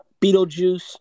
Beetlejuice